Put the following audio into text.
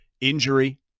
injury